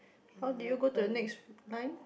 how do you go to the next line